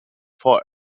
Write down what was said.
for